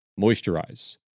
Moisturize